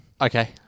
Okay